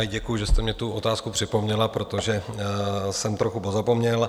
Děkuji, že jste mi tu otázku připomněla, protože jsem trochu pozapomněl.